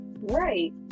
right